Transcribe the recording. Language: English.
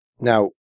Now